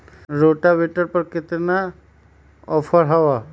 Rotavator पर केतना offer हव?